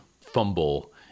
fumble